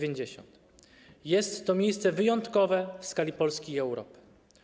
Jest to miejsce wyjątkowe w skali Polski i Europy.